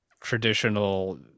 traditional